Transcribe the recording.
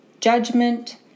judgment